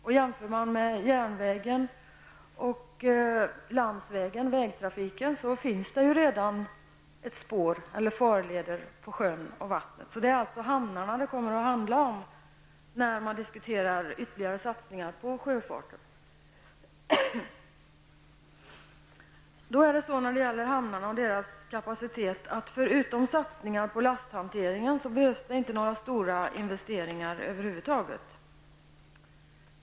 Om man jämför med järnvägen och vägtrafiken, finns det redan farleder på sjön. Det är alltså hamnarna som det kommer att handla om när man diskuterar ytterligare satsningar på sjöfarten. När det gäller hamnarna och deras kapacitet behövs det, förutom satsningar på lasthanteringen, över huvud taget inte några stora investeringar.